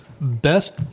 Best